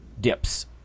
dips